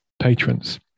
patrons